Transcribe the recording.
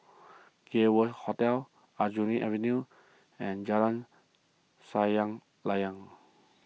Gay World Hotel Aljunied Avenue and Jalan Sayang Layang